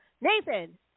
Nathan